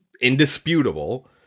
indisputable